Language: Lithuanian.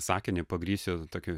sakinį pagrįsiu tokiu